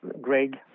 Greg